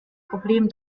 problem